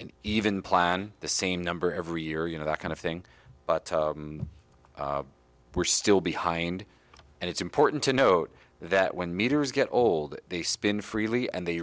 and even plan the same number every year you know that kind of thing but we're still behind and it's important to note that when meters get old they spin freely and they